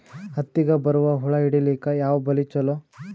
ಹತ್ತಿಗ ಬರುವ ಹುಳ ಹಿಡೀಲಿಕ ಯಾವ ಬಲಿ ಚಲೋ?